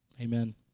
Amen